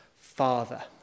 father